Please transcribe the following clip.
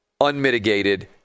unmitigated